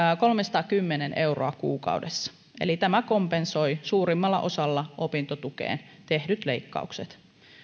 kolmesataakymmentä euroa kuukaudessa eli tämä kompensoi suurimmalla osalla opintotukeen tehdyt leikkaukset